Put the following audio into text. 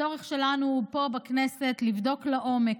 הצורך שלנו פה בכנסת הוא לבדוק לעומק,